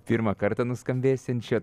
pirmą kartą nuskambėsiančio